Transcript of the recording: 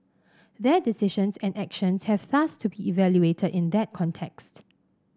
their decisions and actions have thus to be evaluated in that context